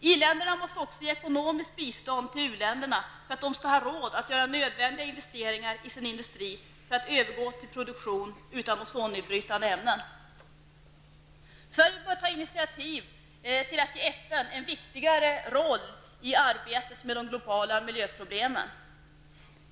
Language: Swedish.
I länderna måste också ge ekonomiskt bistånd till uländerna för att de skall ha råd att göra de nödvändiga investeringarna i sin industri för att övergå till produktion utan ozonnedbrytande ämnen. Sverige bör ta initiativ till att ge FN en viktigare roll i arbetet med de globala miljöproblemen.